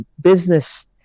business